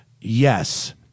yes